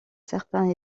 certains